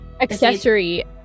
accessory